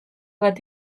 bat